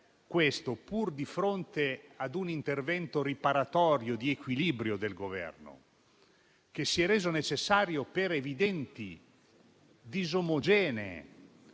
Siamo di fronte ad un intervento riparatorio e di equilibrio del Governo, che si è reso necessario per evidenti, disomogenee